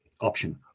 option